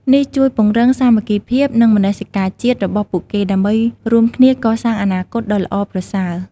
នេះជួយពង្រឹង សាមគ្គីភាព និង មនសិការជាតិ របស់ពួកគេ ដើម្បីរួមគ្នាកសាងអនាគតដ៏ល្អប្រសើរ។